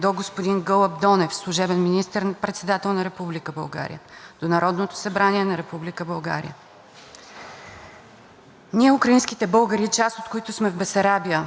„Ние, украинските българи – част от които сме в Бесарабия, други в Таврия, трети тук в България, а четвърти пръснати по света – всички днес се обръщаме към българите в България.